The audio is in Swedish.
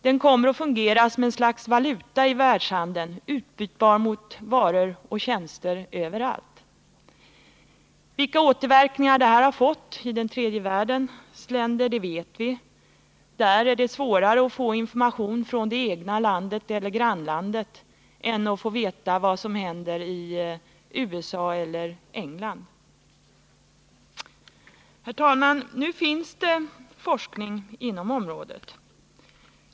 Den kommer att fungera som ett slags valuta i världshandeln, utbytbar mot varor och tjänster överallt. Vilka återverkningar detta redan fått i tredje världens länder vet vi. Där är det svårare att få information från det egna landet eller grannlandet än att få veta vad som händer i USA eller England. Herr talman! Det finns forskning inom området.